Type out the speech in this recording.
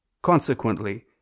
Consequently